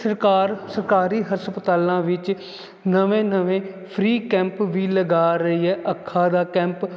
ਸਰਕਾਰ ਸਰਕਾਰੀ ਹਸਪਤਾਲਾਂ ਵਿੱਚ ਨਵੇਂ ਨਵੇਂ ਫਰੀ ਕੈਂਪ ਵੀ ਲਗਾ ਰਹੀ ਹੈ ਅੱਖਾਂ ਦਾ ਕੈਂਪ